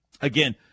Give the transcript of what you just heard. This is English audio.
Again